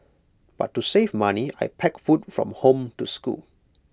but to save money I packed food from home to school